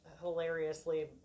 hilariously